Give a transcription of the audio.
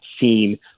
seen